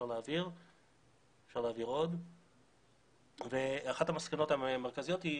אחת המסקנות המרכזיות היא